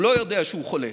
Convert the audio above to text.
הוא לא יודע שהוא חולה